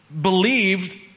believed